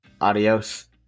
Adios